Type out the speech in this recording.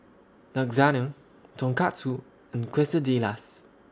Lasagne Tonkatsu and Quesadillas